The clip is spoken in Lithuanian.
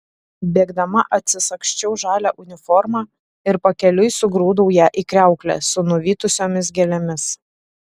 bėgdama atsisagsčiau žalią uniformą ir pakeliui sugrūdau ją į kriauklę su nuvytusiomis gėlėmis